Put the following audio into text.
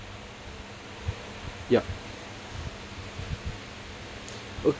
yup oh